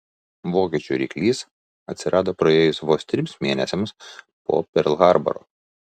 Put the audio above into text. vokiečių ryklys atsirado praėjus vos trims mėnesiams po perl harboro